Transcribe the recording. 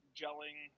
gelling